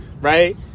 right